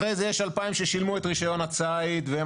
אחרי זה יש 2,000 ששילמו את רישיון הציד והם